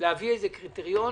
להביא קריטריונים.